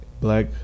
Black